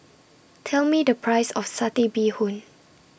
Tell Me The Price of Satay Bee Hoon